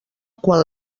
quan